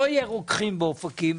לא יהיו רוקחים באופקים,